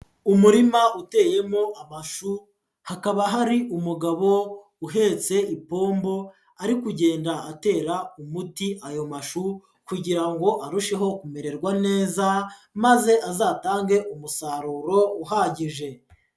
Umurima uteyemo amashu hakaba hari umugabo uhetse ipombo ari kugenda atera umuti ayo mashu kugira ngo arusheho kumererwa neza maze azatange umusaruro uhagije.